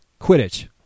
Quidditch